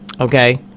Okay